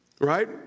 Right